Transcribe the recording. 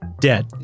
Dead